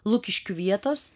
lukiškių vietos